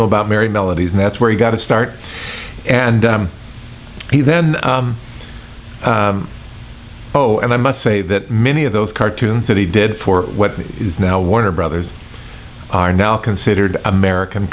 know about mary melodies and that's where he got to start and he then oh and i must say that many of those cartoons that he did for what is now warner brothers are now considered american